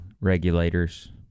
regulators